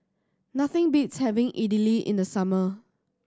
nothing beats having Idili in the summer